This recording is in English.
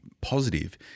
positive